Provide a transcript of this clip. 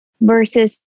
versus